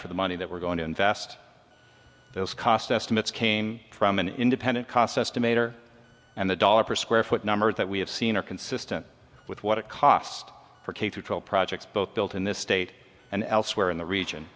for the money that we're going to invest those cost estimates came from an independent cost estimator and the dollars per square foot number that we have seen are consistent with what it cost for k through twelve projects both built in this state and elsewhere in the region